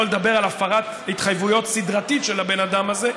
שלא לדבר על הפרת ההתחייבויות הסדרתית של הבן אדם הזה,